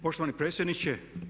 Poštovani predsjedniče.